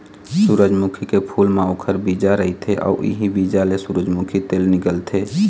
सूरजमुखी के फूल म ओखर बीजा रहिथे अउ इहीं बीजा ले सूरजमूखी तेल निकलथे